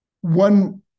One